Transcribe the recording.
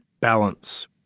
balance